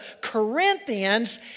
Corinthians